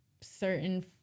Certain